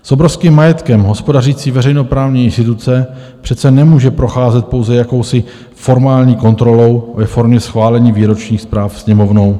S obrovským majetkem hospodařící veřejnoprávní instituce přece nemůže procházet pouze jakousi formální kontrolou ve formě schválení výročních zpráv Sněmovnou.